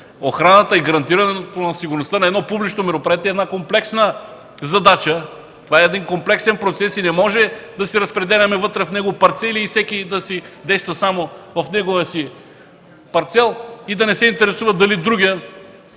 охраната и гарантирането на сигурността на едно публично мероприятие е комплексна задача, комплексен процес, не можем да си разпределяме вътре в него парцели, всеки да действа само в неговия си парцел и да не се интересува дали другият